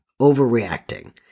overreacting